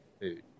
food